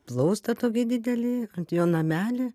plaustą tokį didelį ant jo namelį